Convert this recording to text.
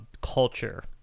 culture